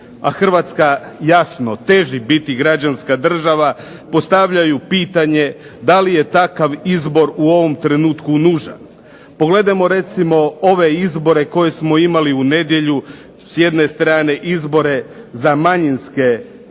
Hrvatska jasno teži biti građanska država, postavljaju pitanje da li je takav izbor u ovom trenutku nužan. Pogledajmo recimo ove izbore koje smo imali u nedjelju, s jedne strane izbore za manjinske